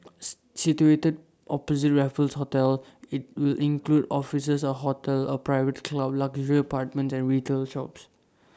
situated opposite Raffles hotel IT will include offices A hotel A private club luxury apartments and retail shops